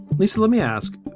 lisa, let me ask,